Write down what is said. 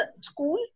school